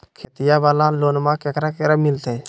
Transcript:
खेतिया वाला लोनमा केकरा केकरा मिलते?